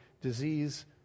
disease